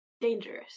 dangerous